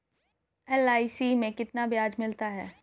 LIC में कितना ब्याज मिलता है?